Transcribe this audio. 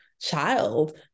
child